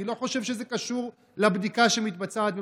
אני לא חושב שזה קשור לבדיקה שמתבצעת במקביל,